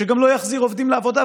שגם לא יחזיר עובדים לעבודה,